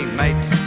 mate